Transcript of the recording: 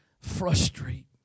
frustrate